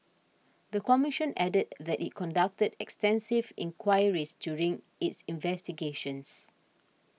the commission added that it conducted extensive inquiries during its investigations